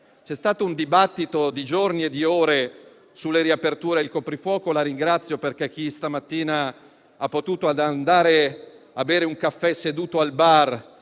C'è stato un dibattito di giorni e di ore sulle riaperture e sul coprifuoco. La ringrazio perché chi stamattina ha potuto andare a bere un caffè seduto al bar